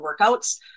workouts